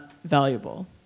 valuable